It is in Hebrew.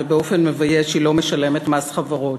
ובאופן מבייש היא לא משלמת מס חברות?